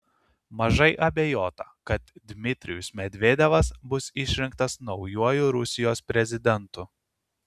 mažai abejota kad dmitrijus medvedevas bus išrinktas naujuoju rusijos prezidentu